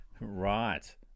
Right